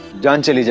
dancing.